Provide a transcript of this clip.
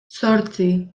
zortzi